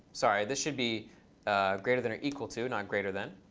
sorry. this should be greater than or equal to, not greater than.